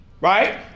right